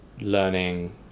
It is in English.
learning